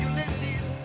Ulysses